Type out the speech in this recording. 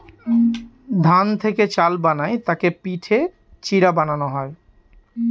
ধান থেকে চাল বানায় তাকে পিটে চিড়া বানানো হয়